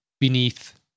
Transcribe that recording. beneath